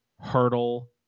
Hurdle